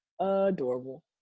Adorable